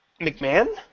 McMahon